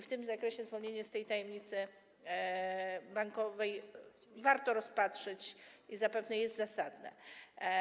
W tym zakresie zwolnienie z tej tajemnicy bankowej warto rozpatrzyć, zapewne jest zasadne.